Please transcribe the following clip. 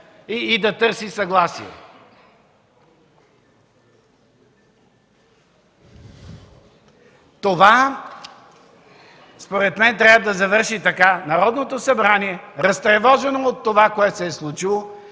и да търси съгласие. Това, според мен, трябва да завърши така: Народното събрание, разтревожено от това, което се е случило